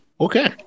Okay